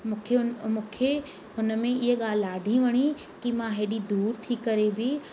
मूंखे हुन में इहा ॻाल्हि ॾाढी वणी कि मां हेॾी दूरि थी करे बि